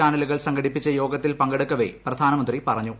ചാനലുകൾ സംഘടിപ്പിച്ച യോഗത്തിൽ പങ്കെടുക്കവെ പ്രധാനമന്ത്രി പറഞ്ഞു